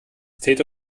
täte